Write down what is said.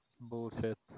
bullshit